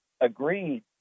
agreed